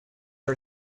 her